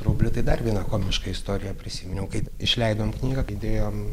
rubli tai dar vieną komišką istoriją prisiminiau kaip išleidom knygą įdėjom